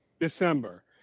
December